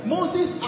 Moses